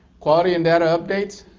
quality and data updates.